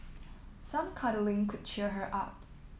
some cuddling could cheer her up